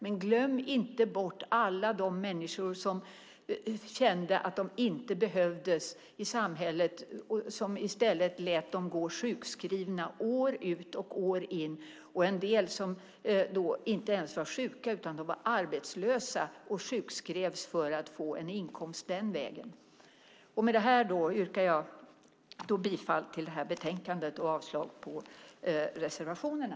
Men glöm inte bort alla de människor som kände att de inte behövdes i samhället, som i stället gick sjukskrivna år ut och år in. En del av dem var inte ens sjuka utan arbetslösa och sjukskrevs för att på det sättet få en inkomst. Med detta yrkar jag bifall till utskottets förslag och avslag på reservationerna.